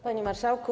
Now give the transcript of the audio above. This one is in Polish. Panie Marszałku!